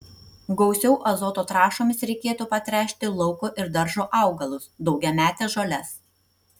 gausiau azoto trąšomis reikėtų patręšti lauko ir daržo augalus daugiametes žoles